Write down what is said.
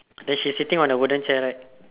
then she's sitting on the wooden chair right